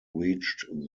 reached